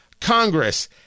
Congress